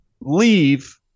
leave